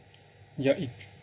ya it is